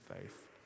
faith